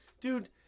Dude –